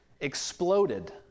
exploded